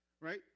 right